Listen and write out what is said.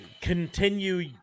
continue